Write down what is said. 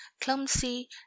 clumsy